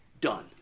Done